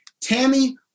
Tammy